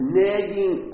nagging